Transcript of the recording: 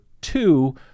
two